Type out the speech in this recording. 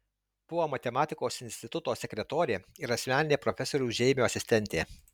buvo matematikos instituto sekretorė ir asmeninė profesoriaus žeimio asistentė